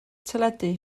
teledu